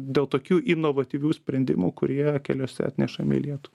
dėl tokių inovatyvių sprendimų kurie keliuose atnešami į lietu